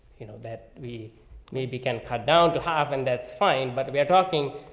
you know, that we maybe can cut down to half and that's fine. but we are talking,